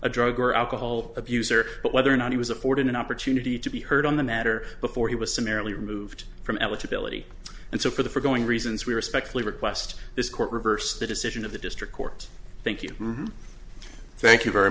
a drug or alcohol abuser but whether or not he was afforded an opportunity to be heard on the matter before he was summarily removed from eligibility and so for the foregoing reasons we respectfully request this court reversed the decision of the district court thank you thank you very